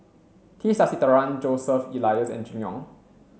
T Sasitharan Joseph Elias and Jimmy Ong